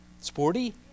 sporty